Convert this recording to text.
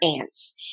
ants